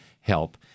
help